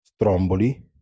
Stromboli